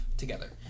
Together